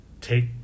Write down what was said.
take